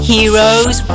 Heroes